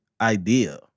idea